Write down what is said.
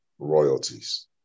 Royalties